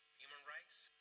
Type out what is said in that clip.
human rights,